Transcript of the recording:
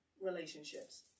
relationships